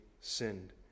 sinned